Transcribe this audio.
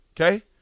Okay